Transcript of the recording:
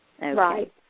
Right